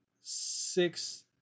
six –